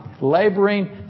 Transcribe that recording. Laboring